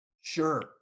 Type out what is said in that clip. Sure